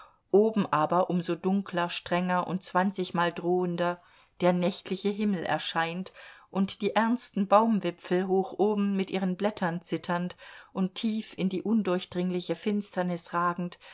oben aber um so dunkler strenger und zwanzigmal drohender der nächtliche himmel erscheint und die ernsten baumwipfel hoch oben mit ihren blättern zitternd und tief in die undurchdringliche finsternis ragend